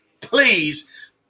Please